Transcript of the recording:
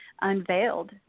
unveiled